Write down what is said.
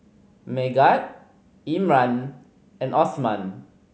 Megat Imran and Osman